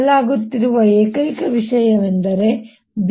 ಬದಲಾಗುತ್ತಿರುವ ಏಕೈಕ ವಿಷಯವೆಂದರೆ B